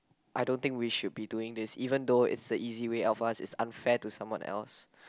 I don't think we should be doing this even though it's the easy way out for us it's unfair to someone else